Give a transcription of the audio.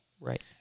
Right